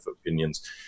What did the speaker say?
opinions